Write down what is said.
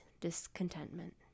discontentment